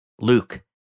Luke